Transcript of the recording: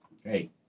hey